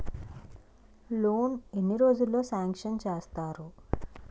Loan ఎన్ని రోజుల్లో sanction చేస్తారు?